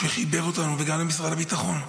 שחיבר אותנו, וגם למשרד הביטחון.